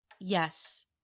Yes